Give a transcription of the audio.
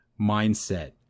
mindset